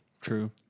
True